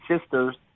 sisters